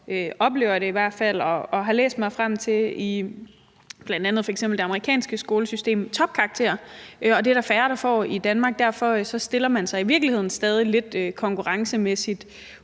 det oplever jeg i hvert fald og har læst mig frem til – f.eks. i det amerikanske skolesystem, og det er der færre der får i Danmark. Derfor stiller man sig i virkeligheden stadig konkurrencemæssigt